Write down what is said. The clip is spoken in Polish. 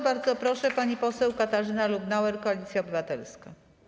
Bardzo proszę, pani poseł Katarzyna Lubnauer, Koalicja Obywatelska.